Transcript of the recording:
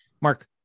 Mark